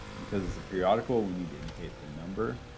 because it's a periodical we need to indicate the number,